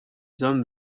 hommes